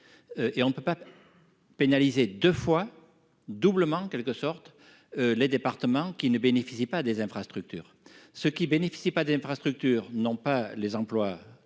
Et on ne peut pas. Pénaliser 2 fois doublement en quelque sorte. Les départements qui ne bénéficient pas des infrastructures, ce qui bénéficient, pas d'infrastructures non pas les emplois